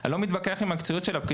אני לא מתווכח עם המקצועיות של הפקידים,